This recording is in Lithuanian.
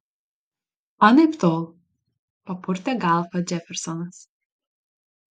anaiptol papurtė galvą džefersonas